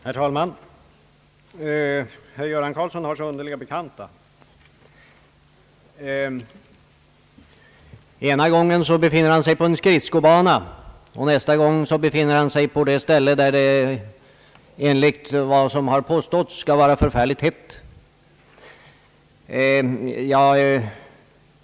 Herr talman! Herr Göran Karlsson har så underliga bekanta. Ena gången befinner han sig på en skridskobana, och nästa gång på det ställe där det enligt vad som påståtts skulle vara förfärligt hett!